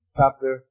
chapter